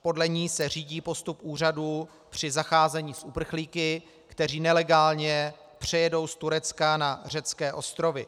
Podle ní se řídí postup úřadů při zacházení s uprchlíky, kteří nelegálně přijedou z Turecka na řecké ostrovy.